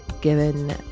given